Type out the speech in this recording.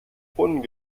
brunnen